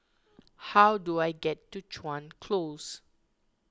how do I get to Chuan Close